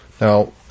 Now